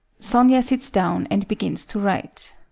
sonia sits down and begins to write.